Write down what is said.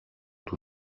του